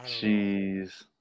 Jeez